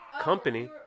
company